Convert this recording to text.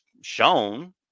shown